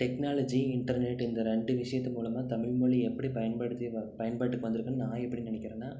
technology internet இந்த ரெண்டு விஷயத்து மூலமாக தமிழ் மொழி எப்படி பயன்படுத்தி ப பயன்பாட்டுக்கு வந்துருக்குனு நான் எப்படி நினைக்கிறேன்னா